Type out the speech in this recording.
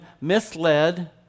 misled